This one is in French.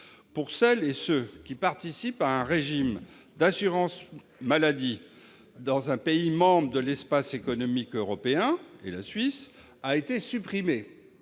pour celles et ceux qui adhèrent à un régime d'assurance maladie dans un pays membre de l'espace économique européen et en Suisse. Ils